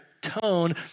tone